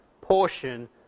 portion